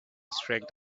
strength